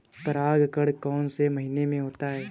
परागण कौन से महीने में होता है?